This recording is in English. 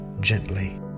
gently